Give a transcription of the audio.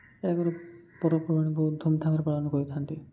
ପର୍ବପର୍ବାଣି ବହୁତ ଧୁମ୍ଧାମ୍ରେ ପାଳନ କରିଥାନ୍ତି